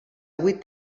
vuit